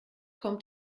kommt